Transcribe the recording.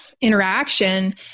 interaction